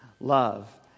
love